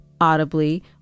Audibly